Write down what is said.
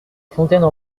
fontaines